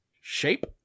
shape